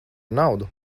naudu